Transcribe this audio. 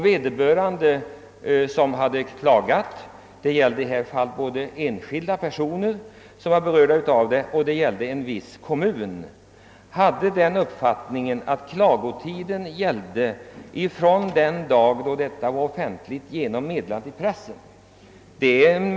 Vederbörande som klagat — det var här fråga om såväl enskilda personer som en viss kommun — hade den uppfattningen att klagotiden gällde från den dag då beslutet offentligt hade meddelats i pressen.